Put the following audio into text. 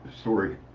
story